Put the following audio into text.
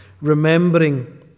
remembering